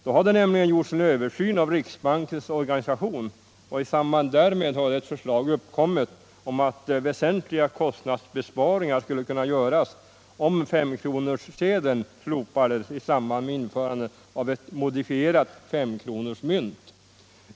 Då hade nämligen gjorts en översyn av riksbankens organisation, och i samband därmed hade i ett förslag hävdats att väsentliga kostnadsbesparingar skulle kunna göras om S5-kronorssedeln slopades i samband med införandet av ett modifierat S-kronorsmynt.